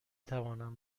توانم